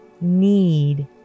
need